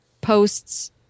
posts